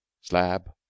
slab